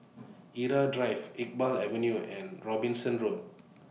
Irau Drive Iqbal Avenue and Robinson Road